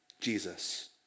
Jesus